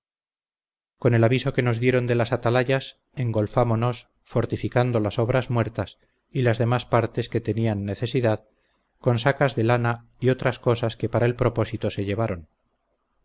con el aviso que nos dieron de las atalayas engolfamonos fortificando las obras muertas y las demás partes que tenían necesidad con sacas de lana y otras cosas que para el propósito se llevaron